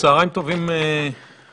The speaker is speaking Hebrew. צוהריים טובים לכולם,